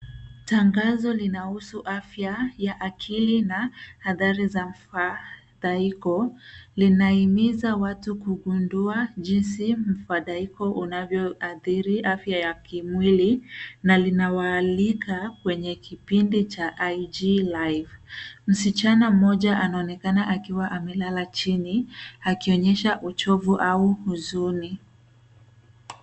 Tangazo linahusu afya ya akili na athari za mfadhaiko. Linahimiza watu kugundua jinsi mfadhaiko unavyoathiri afya ya kimwili na linawaalika kwenye kipindi cha IG Live . Msichana mmoja anaonekana akiwa amelala chini, akionyesha uchovu au huzuni.